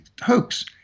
hoax